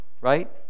Right